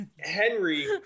Henry